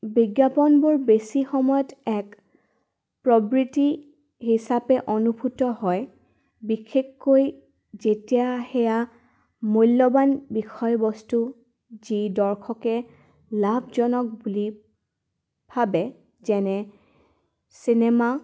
বিজ্ঞাপনবোৰ বেছি সময়ত এক প্ৰবৃত্তি হিচাপে অনুভূত হয় বিশেষকৈ যেতিয়া সেয়া মূল্যৱান বিষয়বস্তু যি দৰ্শকে লাভজনক বুলি ভাবে যেনে চিনেমা